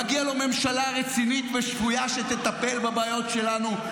מגיעה לו ממשלה רצינית ושפויה, שתטפל בבעיות שלנו.